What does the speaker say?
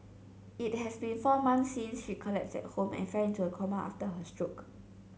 it has been four months since she collapsed at home and fell into a coma after her stroke